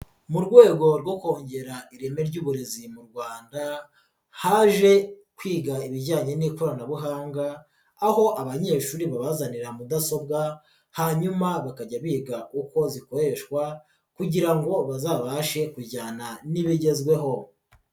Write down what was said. Mu rwego rwo kongera ireme ry'uburezi mu Rwanda haje kwiga ibijyanye n'ikoranabuhanga aho abanyeshuri babazanira mudasobwa, hanyuma bakajya biga uko zikoreshwa kugira ngo bazabashe kujyana n'ibigezweho.